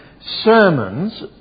sermons